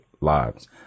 lives